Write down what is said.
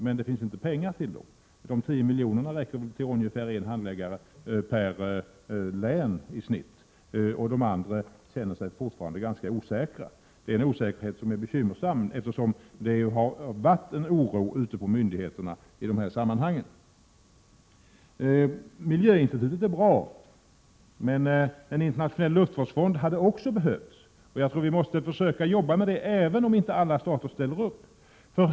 Men det finns inte pengar till dem. De 10 milj.kr. som anvisats räcker väl till i snitt en handläggare per län. De övriga känner sig fortfarande ganska osäkra. Det är en osäkerhet som är bekymmersam, eftersom det har rått en oro ute på myndigheterna i dessa sammanhang. Förslaget om inrättande av ett miljöteknikinstitut är bra. Men en internationell luftvårdsfond hade också behövts. Jag tror att vi måste försöka arbeta för en sådan, även om alla stater inte ställer upp.